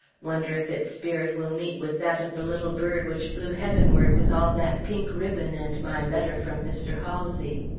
wonder if its spirit will meet with that of the little bird which flew heavenward with all that pink ribbon and my letter from mr. halsey?